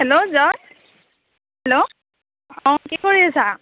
hello Joy hello অঁ কি কৰি আছা